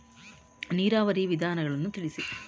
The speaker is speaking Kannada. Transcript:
ನೀರಾವರಿಯ ವಿಧಾನಗಳನ್ನು ತಿಳಿಸಿ?